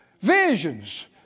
Visions